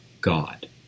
God